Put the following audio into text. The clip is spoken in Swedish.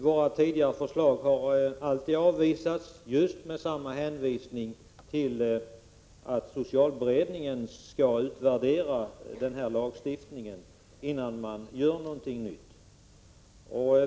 Våra tidigare förslag har alltid avvisats med samma hänvisning till att socialberedningen skall utvärdera lagstiftningen innan man inför något nytt.